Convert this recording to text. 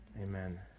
Amen